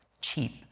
cheap